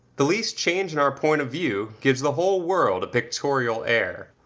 the least change in our point of view, gives the whole world a pictorial air.